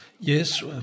Yes